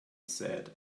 said